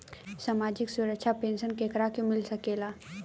सामाजिक सुरक्षा पेंसन केकरा के मिल सकेला?